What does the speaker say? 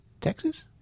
Texas